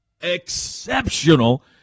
exceptional